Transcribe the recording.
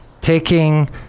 Taking